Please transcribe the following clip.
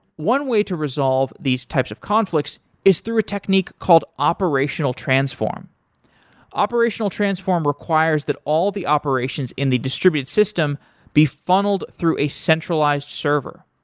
one way to resolve these types of conflicts is through a technique called operational transform operational transform requires that all the operations in the distributed system be funneled through a centralized server.